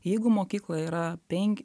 jeigu mokykloje yra penki